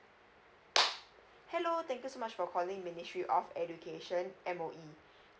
hello thank you so much for calling ministry of education M_O_E